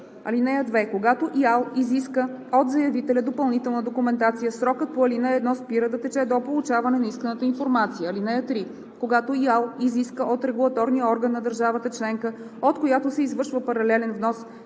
в ИАЛ. (2) Когато ИАЛ изиска от заявителя допълнителна документация, срокът по ал. 1 спира да тече до получаване на исканата информация. (3) Когато ИАЛ изиска от регулаторния орган на държавата членка, от която се извършва паралелен внос,